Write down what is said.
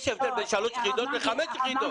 יש הבדל בין שלוש יחידות לחמש יחידות.